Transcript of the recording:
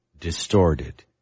distorted